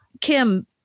Kim